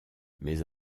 mais